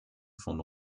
von